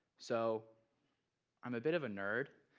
so i'm a bit of a nerd,